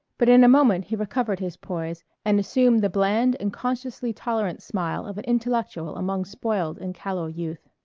but in a moment he recovered his poise and assumed the bland and consciously tolerant smile of an intellectual among spoiled and callow youth.